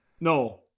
No